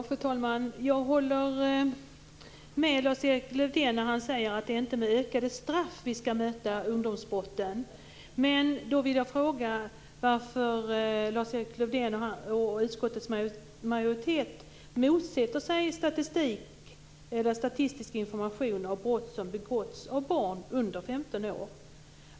Fru talman! Jag håller med Lars-Erik Lövdén att det inte är med hårdare straff som ungdomsbrotten skall bemötas. Men varför motsätter sig Lars-Erik Lövdén och utskottets majoritet statistisk information om brott som begåtts av barn under 15 år?